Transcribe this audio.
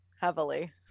heavily